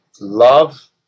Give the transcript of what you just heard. love